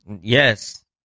yes